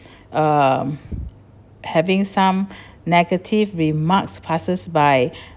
um having some negative remarks passes by